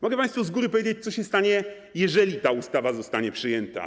Mogę państwu z góry powiedzieć, co się stanie, jeżeli ta ustawa zostanie przyjęta.